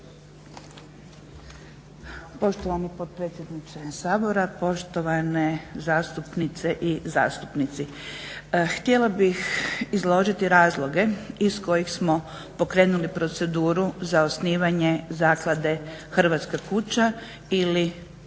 Poštovani potpredsjedniče Sabora, poštovane zastupnice i zastupnici. Htjela bih izložiti razloge iz kojih smo pokrenuli proceduru za osnivanje Zaklade "Hrvatska kuća" ili